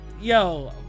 yo